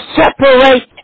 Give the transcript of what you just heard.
separate